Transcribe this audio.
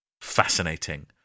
Fascinating